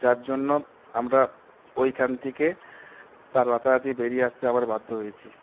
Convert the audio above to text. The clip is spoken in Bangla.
যার জন্য আমরা ওইখান থেকে রাতারাতি বেরিয়ে আসতে আবার বাধ্য হয়েছি